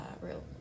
real